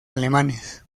alemanes